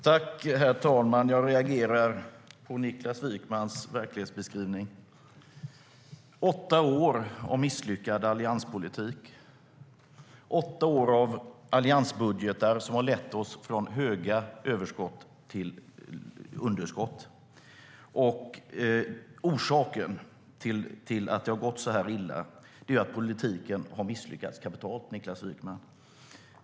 Herr talman! Jag reagerade på Niklas Wykmans verklighetsbeskrivning. Sverige har haft åtta år av misslyckad allianspolitik, åtta år av alliansbudgetar som har lett oss från höga överskott till underskott. Orsaken till att det har gått så här illa är att politiken har misslyckats kapitalt, Niklas Wykman.